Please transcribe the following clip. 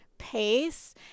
pace